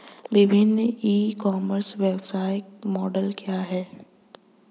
विभिन्न e commerce व्यवसाय model क्या हैं?